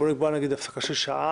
בוא נקבע הפסקה של שעה,